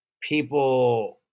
people